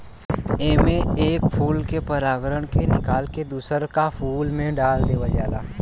एमे एक फूल के परागण के निकाल के दूसर का फूल में डाल देवल जाला